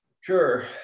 sure